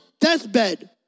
deathbed